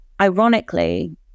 ironically